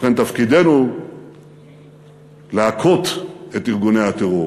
ובכן, תפקידנו להכות את ארגוני הטרור